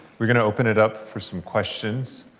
we're going to open it up for some questions.